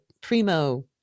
primo